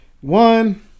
one